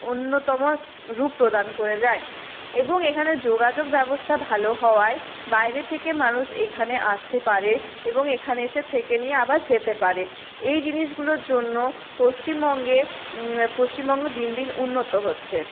অন্যতম রূপ প্রদান করে যায় এবং এখানে যোগাযোগ ব্যবস্থা ভালো হওয়ায় বাইরে থেকে মানুষ এখানে আসতে পারে এবং এখানে এসে থেকে নিয়ে আবার যেতে পারে এই জিনিসগুলোর জন্য পশ্চিমবঙ্গে পশ্চিমবঙ্গ দিন দিন উন্নত হচ্ছে